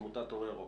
עמותת אור ירוק.